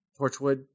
Torchwood